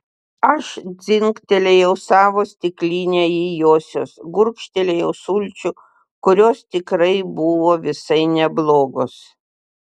aš dzingtelėjau savo stikline į josios gurkštelėjau sulčių kurios tikrai buvo visai neblogos